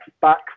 back